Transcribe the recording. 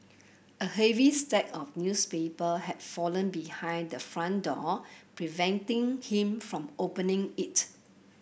a heavy stack of newspaper had fallen behind the front door preventing him from opening it